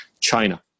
China